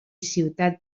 ciutat